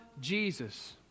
Jesus